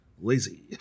lazy